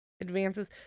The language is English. advances